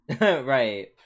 Right